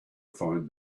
find